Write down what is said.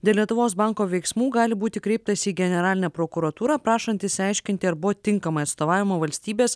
dėl lietuvos banko veiksmų gali būti kreiptasi į generalinę prokuratūrą prašant išsiaiškinti ar buvo tinkamai atstovaujama valstybės